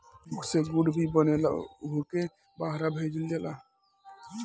ऊख से गुड़ भी बनेला ओहुके बहरा भेजल जाला